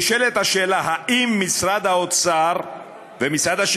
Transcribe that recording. נשאלת השאלה: האם משרד האוצר ומשרד הבינוי